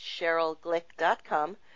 CherylGlick.com